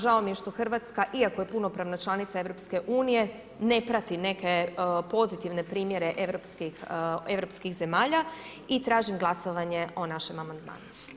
Žao mi je što Hrvatska iako je punopravna članica EU ne prati neke pozitivne primjere europskih zemalja i tražim glasovanje o našem amandmanu.